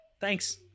Thanks